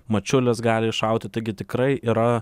mačiulis gali iššauti taigi tikrai yra